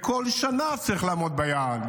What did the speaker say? כל שנה צריך לעמוד ביעד,